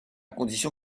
condition